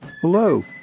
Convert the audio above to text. Hello